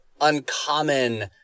uncommon